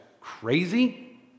crazy